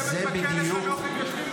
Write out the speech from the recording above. במקום לשבת בכלא, הם יושבים מולך במליאה.